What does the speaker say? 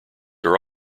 are